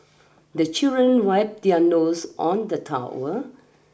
the children wipe their nose on the towel